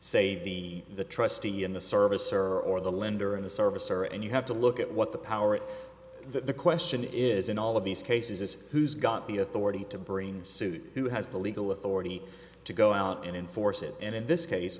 say the trustee and the service or or the lender in the service or and you have to look at what the power of the question is in all of these cases is who's got the authority to bring suit who has the legal authority to go out and enforce it and in this case